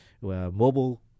mobile